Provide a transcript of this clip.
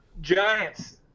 Giants